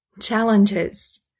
challenges